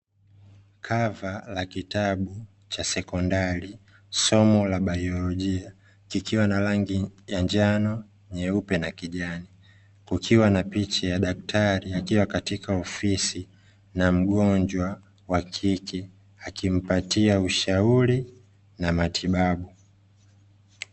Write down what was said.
Kava la kitabu cha sekondari somo la baiyolojia kikiwa na rangi ya njano, nyeupe na kijani kukiwa na picha ya daktari akiwa katika ofisi na mgonjwa wa kike, akimpatia ushauri na matibabu.